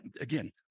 again